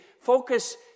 Focus